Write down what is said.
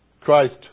Christ